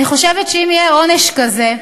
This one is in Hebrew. אני חושבת שאם יהיה עונש כזה,